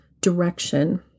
direction